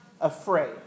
afraid